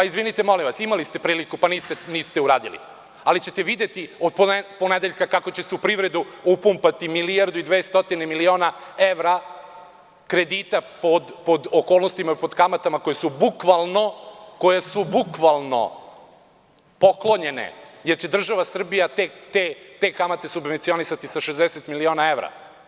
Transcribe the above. Izvinite, molim vas, imali ste priliku pa niste uradili, ali ćete videti od ponedeljka kako će se u privredu upumpati milijardu i dve stotine miliona evra kredita pod okolnostima i pod kamatama koje su bukvalno poklonjene, jer će država Srbija te kamate subvencionisati sa 60 miliona evra.